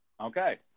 Okay